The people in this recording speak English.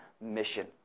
mission